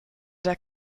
der